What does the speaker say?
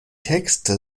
texte